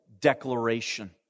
declaration